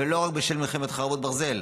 ולא רק בשל מלחמת חרבות ברזל,